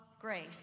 grace